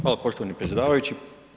Hvala poštovani predsjedavajući.